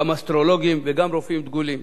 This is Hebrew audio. גם אסטרולוגים וגם רופאים דגולים,